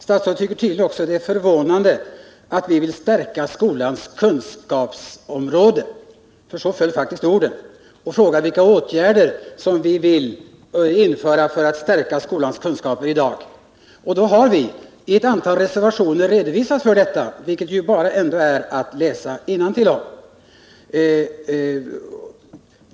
Statsrådet Rodhe fann det också förvånande att vi ville stärka skolans kunskapsområde — så föll faktiskt orden — och frågade vilka åtgärder som vi vill vidta för att stärka skolans kunskaper i dag. I ett antal reservationer har vi redovisat detta. Det är bara att läsa innantill.